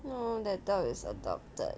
oh that dog is adopted